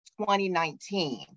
2019